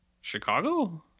Chicago